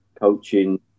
coaching